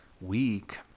week